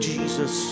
Jesus